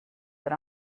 that